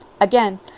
again